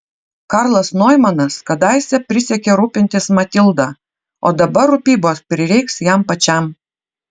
karlas noimanas kadaise prisiekė rūpintis matilda o dabar rūpybos prireiks jam pačiam